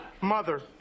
Mother